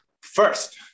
first